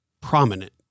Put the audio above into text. prominent